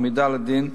מעמידה לדין,